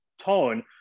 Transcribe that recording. tone